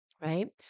right